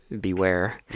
beware